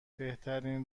بهترین